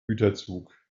güterzug